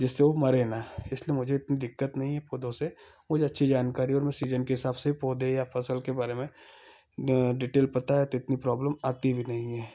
जिससे वो मरे न इसलिए मुझे इतनी दिक्कत नहीं है पौधों से मुझे अच्छी जानकारी और मैं सीजन के हिसाब से पौधे या फ़सल के बारे में डिटेल पता है तो इतनी प्रॉब्लम आती भी नहीं है